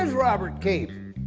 and robert keefe?